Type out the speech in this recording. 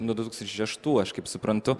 nuo du tūkstančiai šeštų aš kaip suprantu